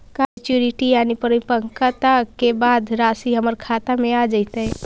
का मैच्यूरिटी यानी परिपक्वता के बाद रासि हमर खाता में आ जइतई?